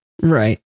Right